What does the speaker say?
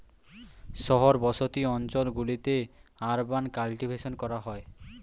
শহর বসতি অঞ্চল গুলিতে আরবান কাল্টিভেশন করা হয়